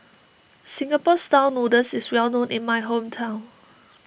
Singapore Style Noodles is well known in my hometown